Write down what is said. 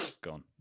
Gone